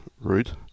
route